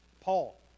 Paul